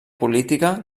política